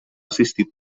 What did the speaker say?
assistit